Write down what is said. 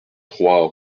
trois